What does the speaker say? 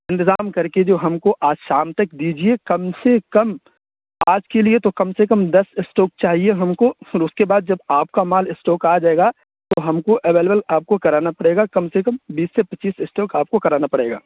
انتظام کر کے جو ہم کو آج شام تک دیجیے کم سے کم آج کے لیے تو کم سے کم دس اسٹاک چاہیے ہم کو پھر اس کے بعد جب آپ کا مال اسٹاک آ جائے گا تو ہم کو اویلیبل آپ کو کرانا پڑے گا کم سے کم بیس سے پچیس اسٹاک آپ کو کرانا پڑے گا